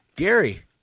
Gary